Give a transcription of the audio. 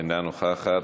אינה נוכחת.